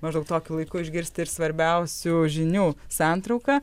maždaug tokiu laiku išgirsti ir svarbiausių žinių santrauką